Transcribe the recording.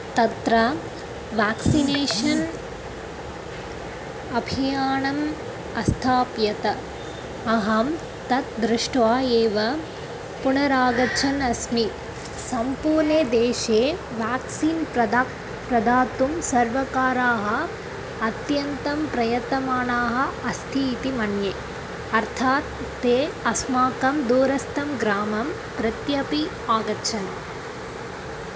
तत्र व्याक्सिनेषन् अभियानम् अस्थाप्यत अहं तत् दृष्ट्वा एव पुनरागच्छन् अस्मि सम्पूर्णे देशे व्याक्सीन् प्रदातुं प्रदातुं सर्वकारः अत्यन्तं प्रयतमानः अस्ति इति मन्ये अर्थात् ते अस्माकं दूरस्थं ग्रामं प्रत्यपि आगच्छन्